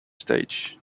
stage